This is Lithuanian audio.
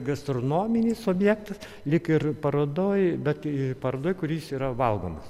gastronominis objektas lyg ir parodoj bet parodoj kuris yra valgomas